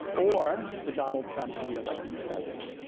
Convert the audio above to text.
or, for donald trump to be elected president.